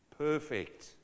perfect